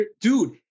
Dude